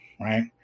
Right